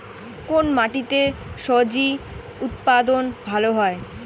কোন মাটিতে স্বজি উৎপাদন ভালো হয়?